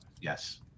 Yes